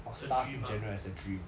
a dream ah